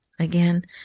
Again